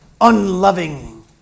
unloving